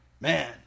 man